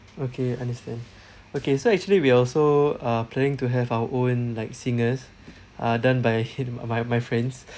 okay understand okay so actually we also uh planning to have our own like singers uh done by him uh my my friends